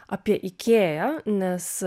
apie ikėją nes